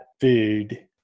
food